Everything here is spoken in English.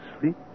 sleep